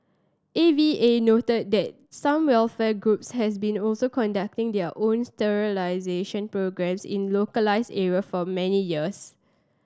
A V A noted that some welfare groups has been also conducting their own sterilisation programmes in localised area for many years